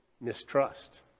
mistrust